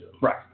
right